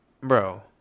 bro